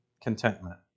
contentment